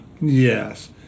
Yes